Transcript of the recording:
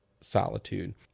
solitude